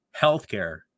healthcare